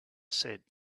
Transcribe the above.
said